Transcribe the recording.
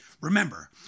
Remember